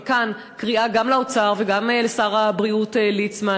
אבל כאן, קריאה גם לאוצר וגם לשר הבריאות ליצמן: